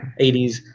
80s